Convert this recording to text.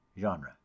genre